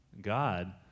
God